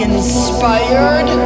Inspired